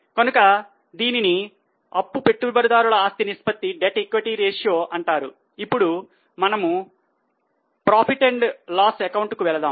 కనుక దీనిని అప్పు పెట్టుబడిదారుల ఆస్తి నిష్పత్తి కు వెళదాం